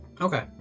Okay